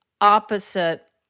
opposite